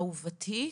אהובתי,